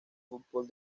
fútbol